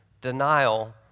denial